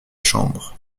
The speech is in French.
chambre